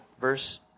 Verse